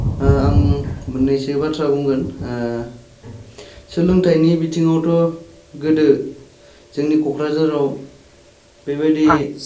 ओ आं मोन्नैसो बाथ्रा बुंगोन सोलोंथायनि बिथिंआवथ' गोदो जोंनि क'क्राझाराव बेबायदि